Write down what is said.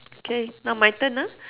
okay now my turn ah